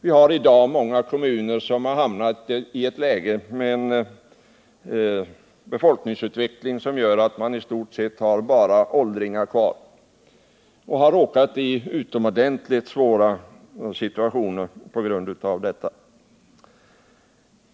Vi har i dag många kommuner som hamnat i ett läge med en befolkningsutveckling som gör att man i stort sett har bara åldringar kvar, och man har råkat i utomordentligt svåra situationer på grund av detta.